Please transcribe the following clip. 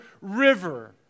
river